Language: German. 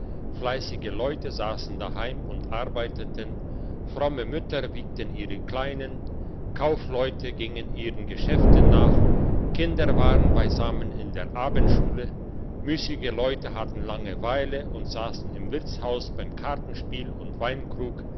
fleissige leute sassen daheim und arbeiteten fromme mütter wiegten ihre kleinen kaufleute gingen ihren geschäften nach kinder waren beisammen in der abendschule müssige leute hatten langeweile und sassen im wirtshaus beim kartenspiel und weinkrug